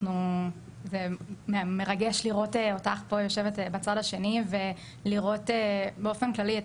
זה מרגש לראות אותך פה יושבת בצד השני ולראות באופן כללי את